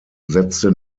setzte